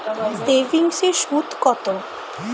সেভিংসে সুদ কত?